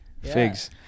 Figs